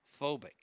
phobic